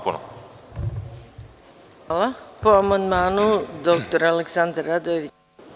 Po amandmanu, dr Aleksandar Radojević.